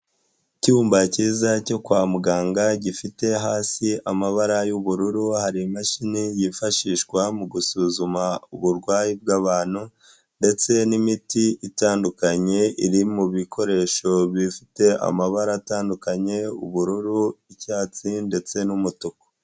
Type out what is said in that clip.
Icyumba cyiza cyo kwa muganga gifite hasi amabara y'ubururu hari imashini yifashishwa mu gusuzuma uburwayi bw'abantu ndetse n'imiti itandukanye iri mu bikoresho bifite amabara atandukanye ubururu, icyatsi ndetse n'umutuku.